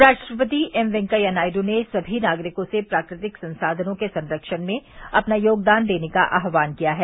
उपराष्ट्रपति एम वेंकैया नायडू ने सभी नागरिकों से प्राकृतिक संसाधनों के संरक्षण में अपना योगदान देने का आह्वान किया है